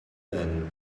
man